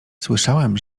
słyszałem